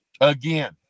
Again